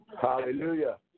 Hallelujah